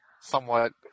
somewhat